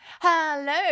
Hello